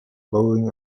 blowing